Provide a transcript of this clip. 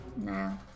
No